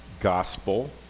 gospel